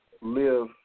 live